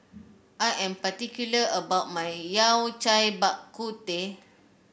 I am particular about my Yao Cai Bak Kut Teh